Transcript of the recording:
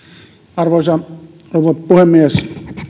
arvoisa rouva puhemies